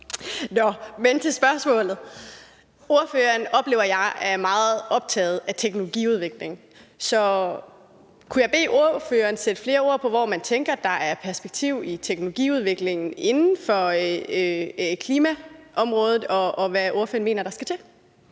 Nå, men så til spørgsmålet. Ordføreren, oplever jeg, er meget optaget af teknologiudvikling. Så kunne jeg bede ordføreren sætte flere ord på, hvor man tænker, at der er perspektiv i teknologiudviklingen inden for klimaområdet, og hvad er det, ordføreren mener skal til?